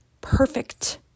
perfect